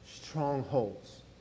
strongholds